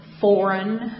foreign